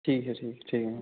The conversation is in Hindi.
ठीक है ठीक है ना